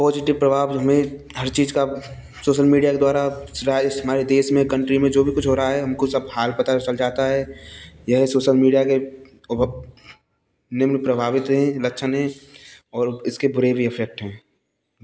positive प्रभाव में हर चीज़ का सोशल मीडिया के द्वारा रहा है हमारे देश में कंट्री में जो भी कुछ हो रहा है हमको सब हाल पता चल जाता है यह सोशल मीडिया के निम्न प्रभाव हैं लक्षण हैं और इसके बुरे भी इफेक्ट हैं